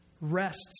rests